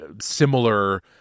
similar